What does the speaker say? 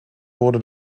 wurde